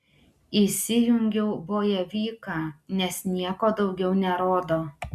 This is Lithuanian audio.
įsijungiau bojevyką nes nieko daugiau nerodo